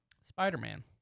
Spider-Man